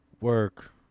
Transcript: work